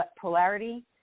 polarity –